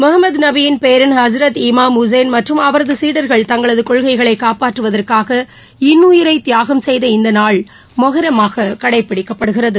மொகமது நபியின் பேரன் Hazrat Imam Hussain மற்றும் அவரது சீடர்கள் தங்களது கொள்கைகளை காப்பாற்றுவதற்காக இன்னுயிரை தியாகம் செய்த இந்நாள் மொகரமாக கடைபிடிக்கப்படுகிறது